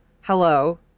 Hello